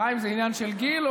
חיים, זה עניין של גיל?